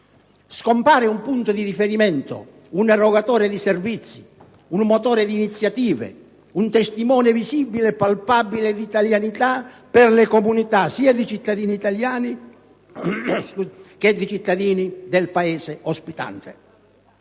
Scompare un punto di riferimento, un erogatore di servizi, un motore di iniziative, un testimone visibile e palpabile d'italianità per le comunità, sia di cittadini italiani che di cittadini del Paese ospitante.